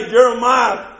Jeremiah